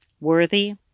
worthy